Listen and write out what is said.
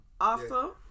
Awesome